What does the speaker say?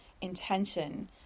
intention